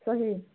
ଶହେ ଦେବି